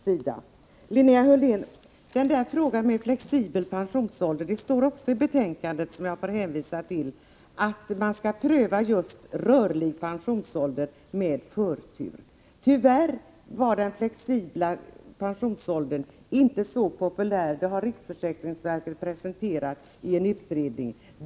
Till Linnea Hörlén: I fråga om flexibel pensionsålder står det i betänkandet — som jag hänvisar till — att pensionsberedningen med förtur skall pröva just frågor om rörlig pensionsålder. Tyvärr har systemet med flexibel pensionsålder inte varit så populärt, vilket riksförsäkringsverket har presenterat i en utredning.